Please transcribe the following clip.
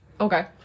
Okay